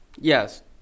Yes